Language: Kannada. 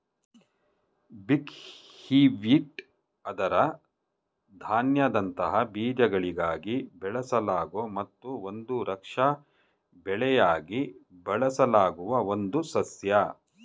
ಬಕ್ಹ್ವೀಟ್ ಅದರ ಧಾನ್ಯದಂತಹ ಬೀಜಗಳಿಗಾಗಿ ಬೆಳೆಸಲಾಗೊ ಮತ್ತು ಒಂದು ರಕ್ಷಾ ಬೆಳೆಯಾಗಿ ಬಳಸಲಾಗುವ ಒಂದು ಸಸ್ಯ